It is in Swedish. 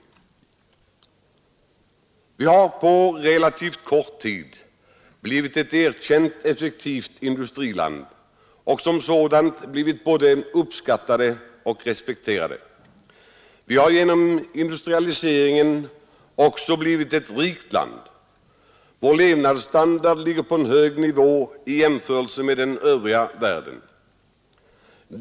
Sverige har på relativt kort tid blivit ett erkänt effektivt industriland och som sådant blivit både uppskattat och respekterat. Vi har genom industrialiseringen också blivit ett rikt land. Vår levnadsstandard ligger på en hög nivå i jämförelse med den övriga världens.